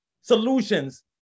solutions